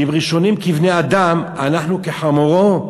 ואם ראשונים כבני-אדם אנחנו כחמורים,